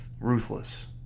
ruthless